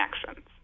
connections